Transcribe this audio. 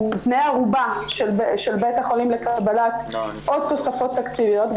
הם בני ערובה של בית החולים לקבלת עוד תוספות תקציביות.